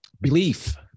belief